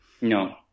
No